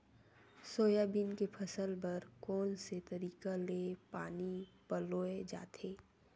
Soybean के फसल बर कोन से तरीका ले पानी पलोय जाथे?